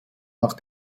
nach